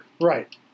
Right